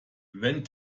wenn